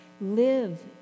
Live